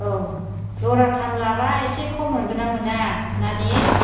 औ जराथाम लाबा एसे खम मोनगोना मोना नानि